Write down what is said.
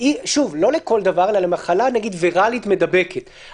שוב, לא לכל דבר, אלא למחלה ויראלית מידבקת למשל.